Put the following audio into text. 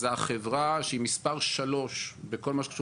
זה החברה שהיא מספר 3 בכל מה שקשור